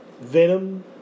Venom